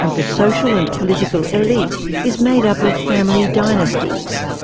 and the social and political elite is made up of family dynasties.